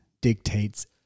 dictates